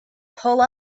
pull